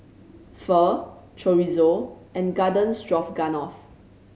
Pho Chorizo and Garden Stroganoff